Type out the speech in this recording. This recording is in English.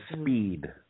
speed